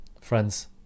Friends